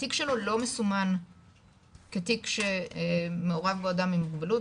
התיק שלו לא מסומן כתיק שמעורב בו אדם עם מוגבלות,